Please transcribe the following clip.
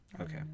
okay